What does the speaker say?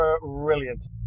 brilliant